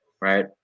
right